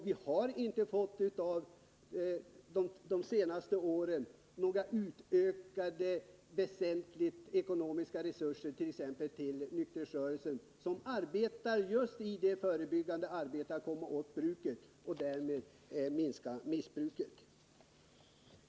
Vi har inte under de senaste åren fått några väsentligt utökade ekonomiska resurser t.ex. till nykterhetsrörelsen, som just håller på med ett förebyggande arbete för att komma åt bruket och därmed minska missbruket.